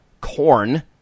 corn